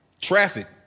Traffic